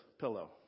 pillow